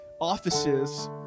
offices